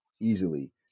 Easily